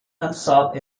unsought